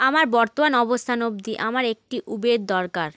আমার বর্তমান অবস্থান অবধি আমার একটি উবের দরকার